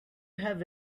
have